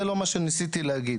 זה לא מה שניסיתי להגיד.